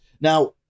Now